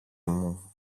μου